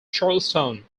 charleston